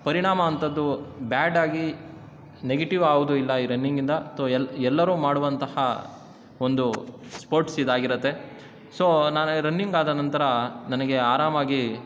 ಪರಿಣಾಮ ಅಂಥದ್ದು ಬ್ಯಾಡಾಗಿ ನೆಗೆಟಿವ್ಯಾವ್ದೂ ಇಲ್ಲ ಈ ರನ್ನಿಂಗಿಂದ ಅಥವಾ ಎಲ್ಲ ಎಲ್ಲರೂ ಮಾಡುವಂತಹ ಒಂದು ಸ್ಪೋರ್ಟ್ಸ್ ಇದಾಗಿರತ್ತೆ ಸೊ ನಾನು ರನ್ನಿಂಗಾದ ನಂತರ ನನಗೆ ಆರಾಮಾಗಿ